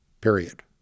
period